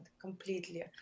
completely